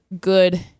good